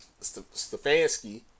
Stefanski